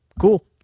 cool